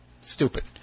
Stupid